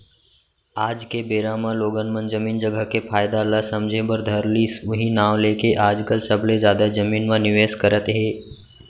आज के बेरा म लोगन मन जमीन जघा के फायदा ल समझे बर धर लिस उहीं नांव लेके आजकल सबले जादा जमीन म निवेस करत हे